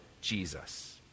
Jesus